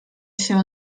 się